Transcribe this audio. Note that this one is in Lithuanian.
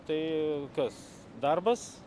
tai kas darbas